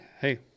Hey